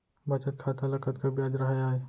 बचत खाता ल कतका ब्याज राहय आय?